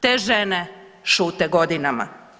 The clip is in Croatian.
Te žene šute godinama.